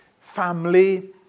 family